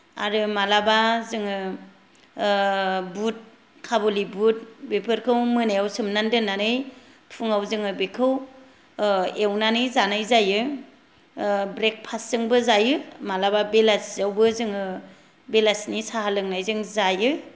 आरो मालाबा जोङो बुट खाबुलि बुट बेफोरखौ मोनायाव सोमनानै दोन्नानै फुंआव जोङो बेखौ एवनानै जायो ब्रेकफास्तजोंबो जायो मालाबा बेलासियावबो जोङो बेलासिनि साहा लोंनायजों जायो